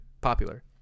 popular